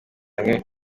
hamwe